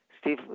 Steve